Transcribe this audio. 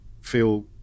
feel